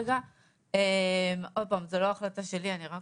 זו לא החלטה שלי, אני רק